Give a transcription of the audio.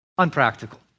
unpractical